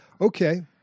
okay